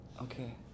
Okay